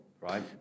Right